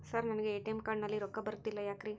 Sir ನನಗೆ ATM card ನಲ್ಲಿ ರೊಕ್ಕ ಬರತಿಲ್ಲ ಯಾಕ್ರೇ?